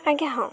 ଆଜ୍ଞା ହଉ